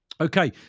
Okay